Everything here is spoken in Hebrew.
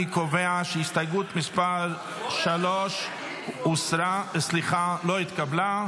אני קובע שהסתייגות מס' 3 לא התקבלה.